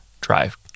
drive